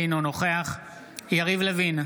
אינו נוכח יריב לוין,